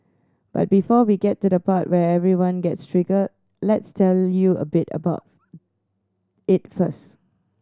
but before we get to the part where everyone gets triggered let's tell you a bit about it first